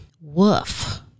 Woof